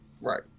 right